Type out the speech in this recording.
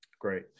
Great